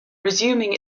resuming